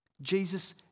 Jesus